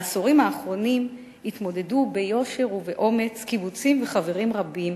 בעשורים האחרונים התמודדו ביושר ובאומץ קיבוצים וחברים רבים